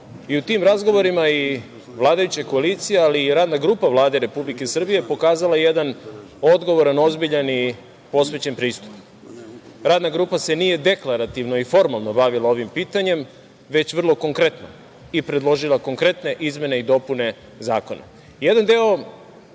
i u tim razgovorima i vladajuća koalicija ali i radna grupa Vlade Republike Srbije pokazala je jedan odgovoran, ozbiljan i posvećen pristup. Radna grupa se nije deklarativno i formalno bavila ovim pitanjem, već vrlo konkretno i predložila konkretne izmene i dopune zakona. Jedan